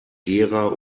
gera